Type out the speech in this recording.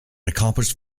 accomplished